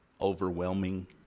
overwhelming